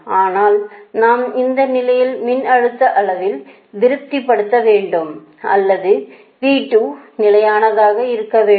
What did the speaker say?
ஆனால் நாம் இந்த நிலையில் மின்னழுத்த அளவில் திருப்திபடுத்த வேண்டும் அல்லது V2 நிலையானதாக இருக்க வேண்டும்